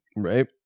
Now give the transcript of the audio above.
Right